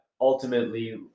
ultimately